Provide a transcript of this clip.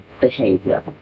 behavior